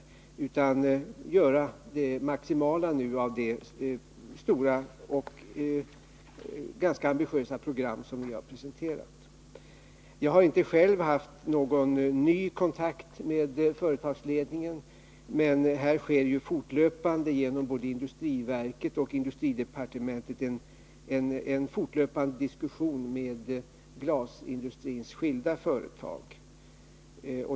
I stället bör vi göra det maximala av det stora och ganska ambitiösa program som vi i dag presenterat för riksdagen. Jag har inte själv haft någon ny kontakt med företagsledningen, men här sker genom både industriverket och industridepartementet en fortlöpande diskussion med glasindustrins skilda företag.